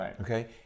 okay